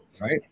Right